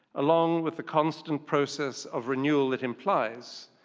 along with the constant process of renewal it implies,